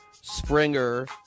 Springer